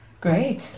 Great